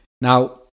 Now